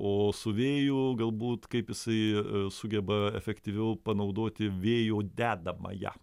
o su vėju galbūt kaip jisai sugeba efektyviau panaudoti vėjo dedamąją